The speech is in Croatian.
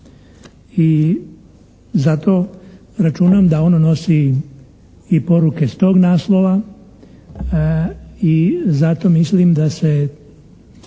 i za to računam da ono nosi i poruke s tog naslova i zato mislim da se